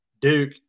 Duke